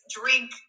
drink